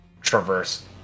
traverse